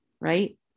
right